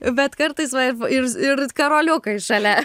bet kartais va ir ir karoliukai šalia